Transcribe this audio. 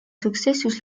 successos